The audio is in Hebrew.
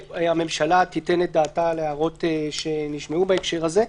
הממשלה תיתן את דעתה על הערות שנשמעו בהקשר הזה,